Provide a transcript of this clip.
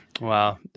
wow